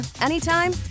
anytime